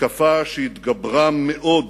מתקפה שהתגברה מאוד